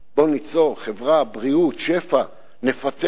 בואו ניצור חברה, בריאות, שפע, נפתח.